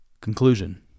Conclusion